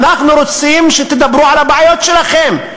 אנחנו רוצים שתדברו על הבעיות שלכם,